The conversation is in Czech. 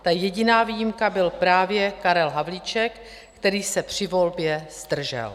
Ta jediná výjimka byl právě Karel Havlíček, který se při volbě zdržel.